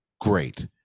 great